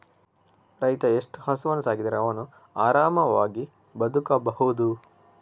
ರೈತ ಎಷ್ಟು ಹಸುವನ್ನು ಸಾಕಿದರೆ ಅವನು ಆರಾಮವಾಗಿ ಬದುಕಬಹುದು?